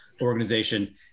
organization